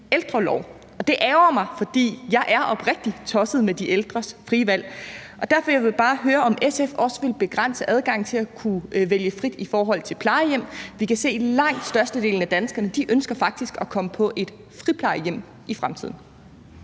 ældrelov«. Og det ærgrer mig, fordi jeg er oprigtig tosset med de ældres frie valg. Derfor vil jeg bare høre, om SF også vil begrænse adgangen til at kunne vælge frit i forhold til plejehjem. Vi kan se, at langt størstedelen af danskerne faktisk ønsker at komme på et friplejehjem i fremtiden.